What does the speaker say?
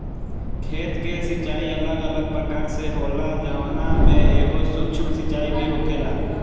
खेत के सिचाई अलग अलग प्रकार से होला जवना में एगो सूक्ष्म सिंचाई भी होखेला